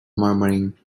murmuring